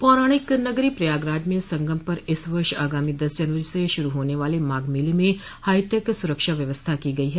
पौराणिक नगरी प्रयागराज में संगम पर इस वर्ष आगामी दस जनवरी से शुरू होने वाले माघ मेले में हाईटेक सुरक्षा व्यवस्था की गई है